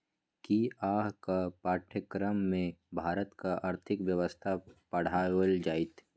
कि अहाँक पाठ्यक्रममे भारतक आर्थिक व्यवस्था पढ़ाओल जाएत?